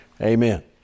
Amen